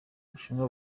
ubushinwa